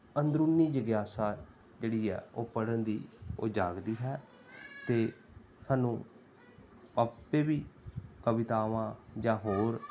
ਅੰਦਰੂਨੀ ਜਗਿਆਸਾ ਜਿਹੜੀ ਆ ਉਹ ਪੜ੍ਹਨ ਦੀ ਉਹ ਜਾਗਦੀ ਹੈ ਅਤੇ ਸਾਨੂੰ ਆਪੇ ਵੀ ਕਵਿਤਾਵਾਂ ਜਾਂ ਹੋਰ